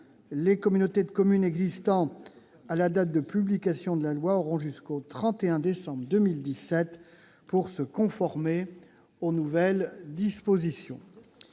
Les communautés de communes existant à la date de publication de la loi auront jusqu'au 31 décembre 2017 pour se conformer aux nouvelles dispositions.